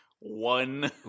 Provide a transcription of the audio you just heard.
one